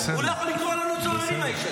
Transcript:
איך עשו מאיתנו צוררים?